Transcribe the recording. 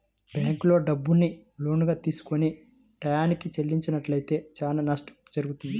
బ్యేంకుల్లో డబ్బుని లోనుగా తీసుకొని టైయ్యానికి చెల్లించనట్లయితే చానా నష్టం జరుగుద్ది